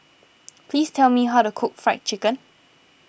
please tell me how to cook Fried Chicken